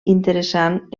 interessant